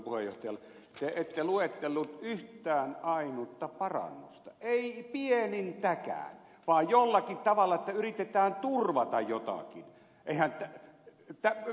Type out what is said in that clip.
te ette luetellut yhtään ainutta parannusta ette pienintäkään vaan jollakin tavalla sanoitte että yritetään turvata jotakin